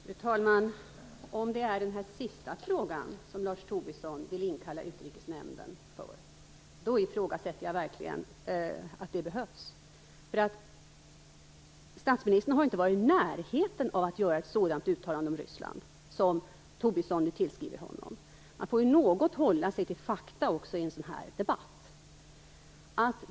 Fru talman! Om det är på grund av den här senaste frågan som Tobisson vill inkalla Utrikesnämnden, ifrågasätter jag verkligen att det behövs. Statsministern har inte varit i närheten av att göra ett sådant uttalande om Ryssland som Tobisson nu tillskriver honom. Man får hålla sig till fakta också i en sådan här debatt.